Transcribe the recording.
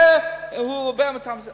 אני בהחלט מכבד אותם,